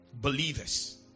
believers